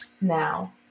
now